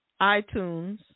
iTunes